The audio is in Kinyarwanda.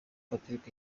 patrick